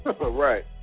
right